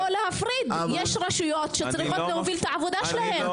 יש רשויות שצריכות להוביל את העבודה שלהן.